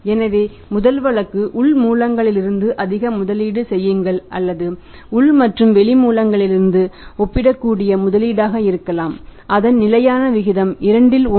எனவே முதல் வழக்கு உள் மூலங்களிலிருந்து அதிக முதலீடு செய்யுங்கள் அல்லது உள் மற்றும் வெளி மூலங்களிலிருந்து ஒப்பிடக்கூடிய முதலீடாக இருக்கலாம் அதன் நிலையான விகிதம் 2 1